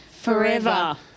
forever